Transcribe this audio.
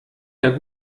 der